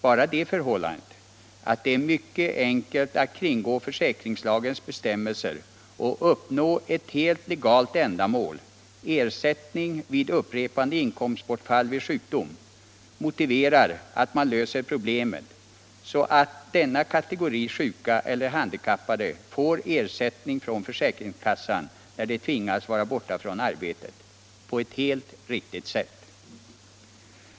Bara det förhållandet att det är mycket enkelt att kringgå försäkringslagens bestämmelser och uppnå ett helt legalt ändamål, ersättning vid upprepade inkomstbortfall vid sjukdom, motiverar att man löser problemet så att denna kategori sjuka eller handikappade får ersättning, på et helt riktigt sätt, från försäkringskassan när de tvingas vara borta från arbetet.